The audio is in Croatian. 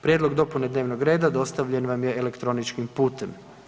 Prijedlog dopune dnevnog reda dostavljen vam je elektroničkim putem.